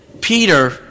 Peter